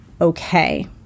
okay